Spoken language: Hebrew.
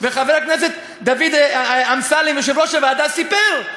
וחבר הכנסת דוד אמסלם, יושב-ראש הוועדה, סיפר: